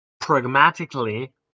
Pragmatically